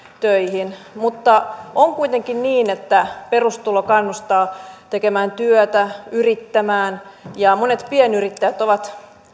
töihin on kuitenkin niin että perustulo kannustaa tekemään työtä yrittämään ja kun monet pienyrittäjät ovat